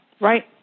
Right